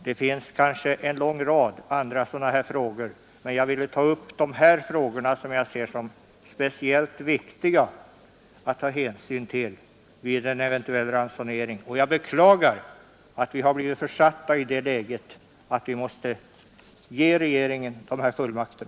Det finns kanske en lång rad andra möjligheter, men jag ville ta upp dessa frågor som jag ser som speciellt viktiga att ta hänsyn till vid en eventuell ransonering. Jag beklagar, att vi har blivit försatta i det läget att vi måste ge regeringen dessa fullmakter.